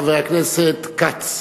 חבר הכנסת יעקב כץ.